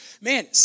man